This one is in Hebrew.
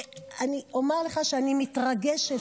ואני אומר לך שאני מתרגשת,